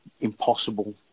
impossible